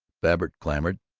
babbitt clamored,